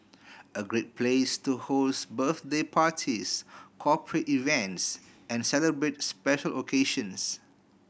a great place to host birthday parties corporate events and celebrate special occasions